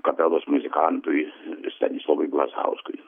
kapelos muzikantui stanislovui glazauskui